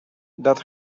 that